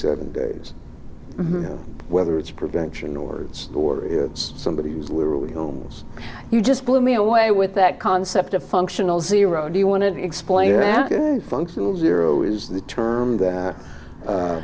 seven days whether it's prevention or story somebody who's literally homeless you just blew me away with that concept of functional zero do you want to explain that functional zero is the term that